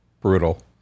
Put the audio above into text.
Brutal